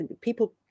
People